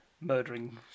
murdering